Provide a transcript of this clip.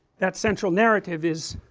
that central narrative is